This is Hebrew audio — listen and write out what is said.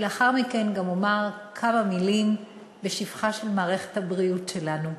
ולאחר מכן גם אומר כמה מילים בשבחה של מערכת הבריאות שלנו.